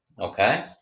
Okay